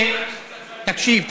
תקשיב,